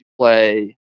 play